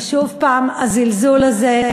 ושוב פעם הזלזול הזה,